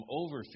over